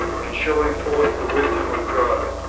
and showing forth the wisdom of god,